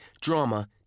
drama